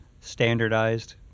standardized